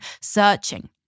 searching